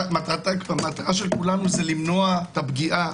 מטרה של כולנו זה למנוע את הפגיעה,